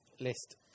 list